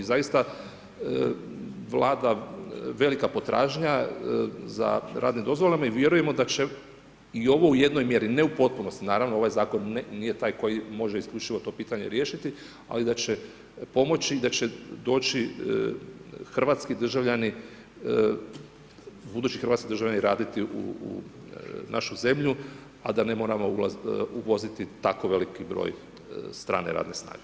I zaista, vlada velika potražnja za radnim dozvolama i vjerujemo da će ovo u jednoj mjeri, ne u potpunosti, naravno ovaj zakon, nije taj koji može isključivost to pitanje riješiti, ali da će pomoći i da će doći hrvatski državljani, budući hrvatski državljani raditi u našu zemlju, a da ne moramo uvoziti tako veliki broj strane radne snage.